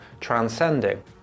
transcending